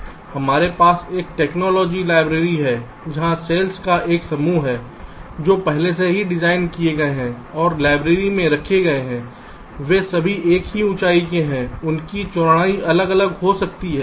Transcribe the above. हमारे पास एक टेक्नोलॉजी लाइब्रेरी है जहां सेल्स का एक समूह है जो पहले से डिज़ाइन किए गए हैं और लाइब्रेरी में रखे गए हैं वे सभी एक ही ऊंचाई के हैं उनकी चौड़ाई अलग अलग हो सकती है